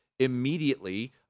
Immediately